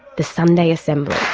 the sunday assembly.